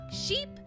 Sheep